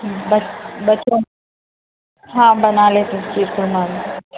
بچ بچوں ہاں بنا لیتے جی بنا لیتے